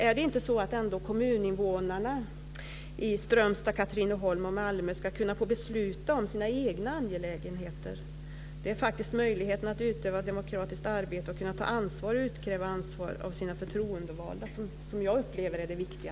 Är det inte så att kommuninvånarna i Strömstad, Katrineholm och Malmö ska kunna få besluta om sina egna angelägenheter? Det är faktiskt möjligheten att utöva demokratiskt arbete, att kunna ta ansvar och att kunna utkräva ansvar av sina förtroendevalda som jag upplever är det viktiga.